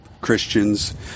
Christians